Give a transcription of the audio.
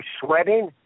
sweating